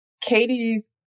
Katie's